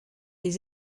les